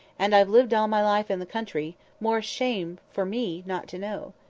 and i've lived all my life in the country more shame for me not to know.